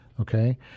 Okay